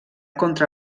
contra